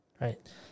Right